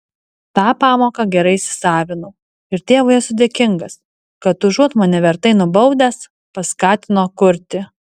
tą pamoką gerai įsisavinau ir tėvui esu dėkingas kad užuot mane vertai nubaudęs paskatino kurti